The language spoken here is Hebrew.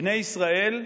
בני ישראל,